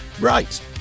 Right